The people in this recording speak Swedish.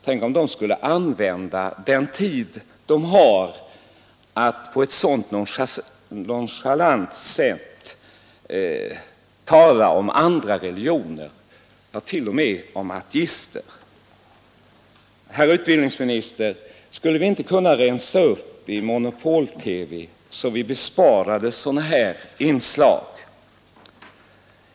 Tänk om de kristna skulle använda den tid de har för att på ett sådant nonchalant sätt tala om andra religioner, ja, t.o.m. om ateisterna! Herr utbildningsminister! Skulle vi inte kunna rensa upp i monopol TV så att vi besparades sådana här inslag?